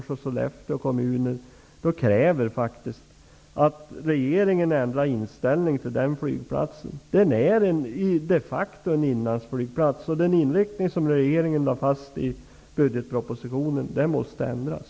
Sollefteå kräver att regeringen förändrar inställningen till den flygplatsen. Den är de facto en inlandsflygplats. Den inriktning som regeringen har lagt fast i budgetpropositionen måste ändras.